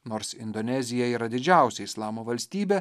nors indonezija yra didžiausia islamo valstybė